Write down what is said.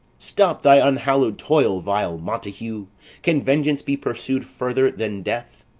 stop thy unhallowed toil, vile montague! can vengeance be pursu'd further than death?